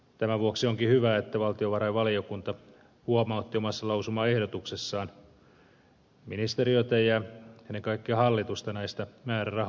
tämän vuoksi onkin hyvä että valtiovarainvaliokunta huomautti omassa lausumaehdotuksessaan ministeriötä ja ennen kaikkea hallitusta näistä määrärahoista